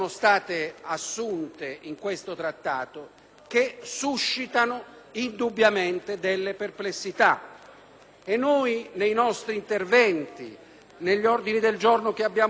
e nei nostri interventi e negli ordini del giorno che abbiamo presentato lo abbiamo ribadito. Penso ai temi della quantificazione finanziaria